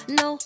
no